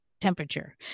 temperature